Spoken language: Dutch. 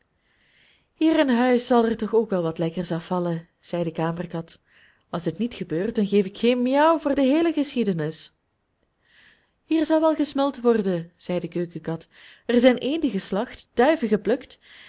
hier in huis zal er toch ook wel wat lekkers afvallen zei de kamerkat als dit niet gebeurt dan geef ik geen miauw voor de heele geschiedenis hier zal wel gesmuld worden zei de keukenkat er zijn eenden geslacht duiven geplukt